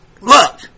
look